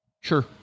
Sure